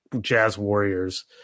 Jazz-Warriors